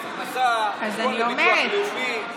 מס הכנסה, ביטוח לאומי.